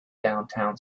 downtown